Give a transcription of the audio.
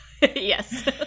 Yes